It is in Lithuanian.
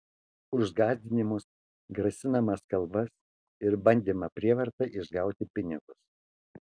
už gąsdinimus grasinamas kalbas ir bandymą prievarta išgauti pinigus